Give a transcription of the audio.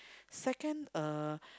second uh